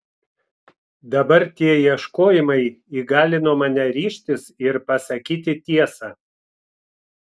dabar tie ieškojimai įgalino mane ryžtis ir pasakyti tiesą